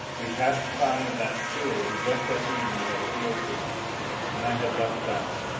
we passed the body of that steward who just at the end had appealed to me and i had left dying.